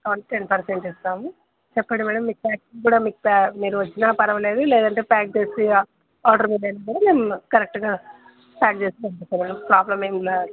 అవును ten percent ఇస్తాము చెప్పడి మేడం మీకు ప్యాక్ంగ్ కూడా మీకు ప మీరు వచ్చినా పరవాలేదు లేదంటే ప్యాక్ చేసి ఆర్డర్ మీదనా కూడా మేము కరెక్ట్గా ప్యాక్ చేసి పంపిస్తాం మేడం ప్రాబ్లం ఏం లేదు